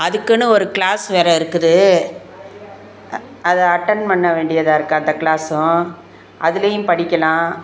அதுக்குன்னு ஒரு க்ளாஸ் வேறு இருக்குது அதை அட்டன் பண்ண வேண்டியதாக இருக்குது அந்த க்ளாஸும் அதுலேயும் படிக்கலாம்